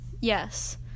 yes